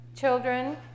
Children